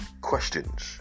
Questions